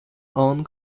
own